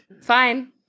Fine